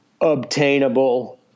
obtainable